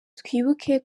twibuke